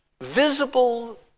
visible